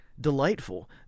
delightful